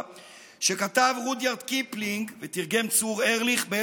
שכתב רודיארד קיפלינג ב-1899 ותרגם צור ארליך.